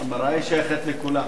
המראה, היא שייכת לכולם.